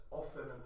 often